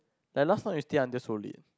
like last time you stay until so late